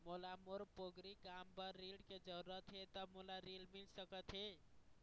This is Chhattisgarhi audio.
मोला मोर पोगरी काम बर ऋण के जरूरत हे ता मोला ऋण मिल सकत हे?